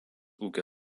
ūkio